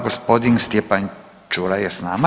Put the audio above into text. Gospodin Stjepan Ćuraj je s nama.